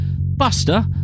Buster